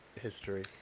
history